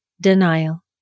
denial